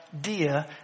dear